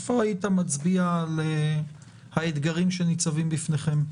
מה האתגרים שניצבים בפניכם?